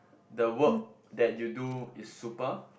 the work that you do is super